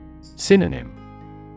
Synonym